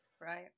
Right